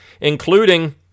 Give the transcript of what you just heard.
including